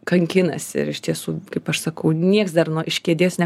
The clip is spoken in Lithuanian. kankinasi ir iš tiesų kaip aš sakau nieks dar nuo iš kėdės ne